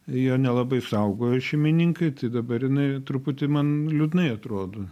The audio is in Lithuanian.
ją nelabai saugojo šeimininkai tai dabar jinai truputį man liūdnai atrodo